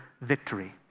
victory